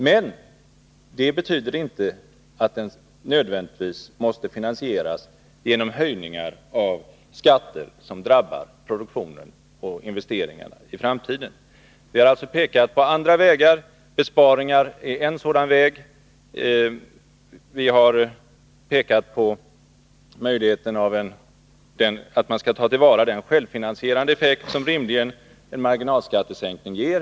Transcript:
Men det betyder inte att den nödvändigtvis måste finansieras genom höjningar av skatter som drabbar produktionen och investeringarna i framtiden. Vi har alltså pekat på andra vägar. Besparingar är en sådan väg. Vi har vidare talat för att man skall ta till vara den självfinansierande effekt som en marginalskattesänkning rimligen ger.